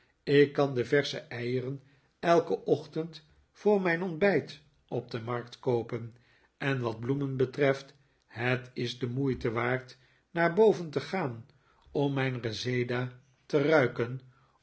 ik kan de versche eieren elken ochtend voor mijn ontbijt op de markt koopen en wat bloemen betreft het is de moeite waard naar boven te gaan om mijn reseda te ruiken